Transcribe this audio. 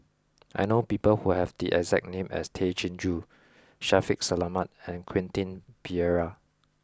I know people who have the exact name as Tay Chin Joo Shaffiq Selamat and Quentin Pereira